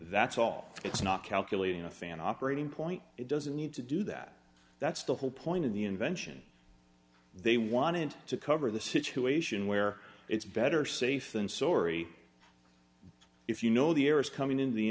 it's not calculating a fan operating point it doesn't need to do that that's the whole point of the invention they want to cover the situation where it's better safe than sorry if you know the air is coming in the